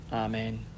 Amen